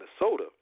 Minnesota